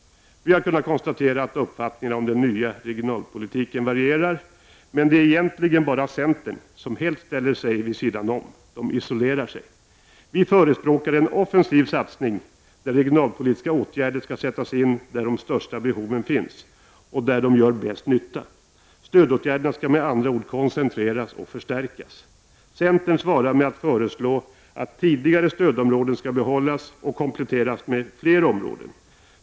Vi har kunnat konstatera att uppfattningarna om den nya regionalpolitiken varierar. Men det är egentligen bara centern som helt ställer sig vid sidan om. Man isolerar sig. Vi förespråker en offensiv satsning där regionalpolitiska åtgärder skall sättas in där de största behoven finns och där de gör bäst nytta. Stödåtgärderna skall med andra ord koncentreras och förstärkas. Centern svarar med att föreslå att tidigare stödområden skall behållas och kompletteras med fler områden.